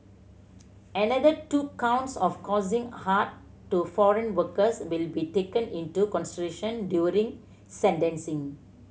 another two counts of causing hurt to foreign workers will be taken into consideration during sentencing